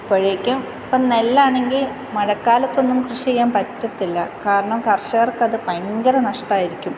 അപ്പോഴേക്കും ഇപ്പം നെല്ല് ആണെങ്കിൽ മഴക്കാലത്തൊന്നും കൃഷി ചെയ്യാൻ പറ്റത്തില്ല കാരണം കർഷകർക്ക് അത് ഭയങ്കര നഷ്ടമായിരിക്കും